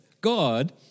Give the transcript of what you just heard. God